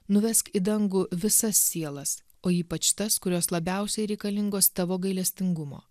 nuvesk į dangų visas sielas o ypač tas kurios labiausiai reikalingos tavo gailestingumo